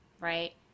right